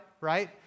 right